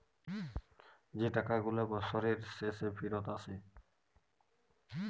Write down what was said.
যে টাকা গুলা বসরের শেষে ফিরত আসে